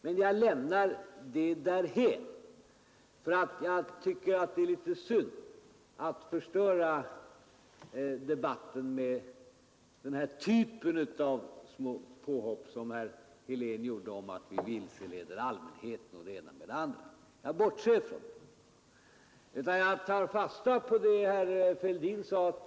Men jag lämnar det därhän därför att jag tycker det är litet synd att förstöra debatten med den här typen av små påhopp som herr Helén gjorde om att vi vilseleder allmänheten och det ena med det andra. Jag bortser från det. Jag tar fasta på vad herr Fälldin sade.